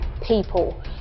people